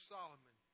Solomon